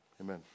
Amen